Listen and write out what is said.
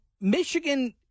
Michigan